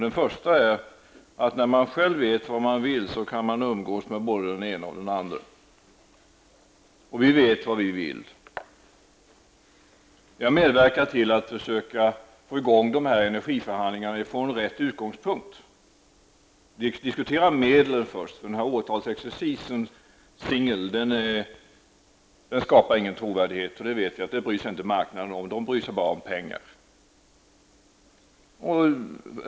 Den första är att när man själv vet vad man vill kan man umgås med både den ene och den andre. Vi vet vad vi vill. Centerpartiet har medverkat till att försöka få i gång dessa energiförhandlingar från rätt utgångspunkt. Vi diskuterar medlen först. Årtalsexercisen skapar ingen trovärdighet. Det bryr sig inte aktörerna på marknaden om. De bryr sig bara om pengar.